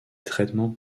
traitements